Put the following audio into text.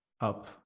up